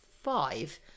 five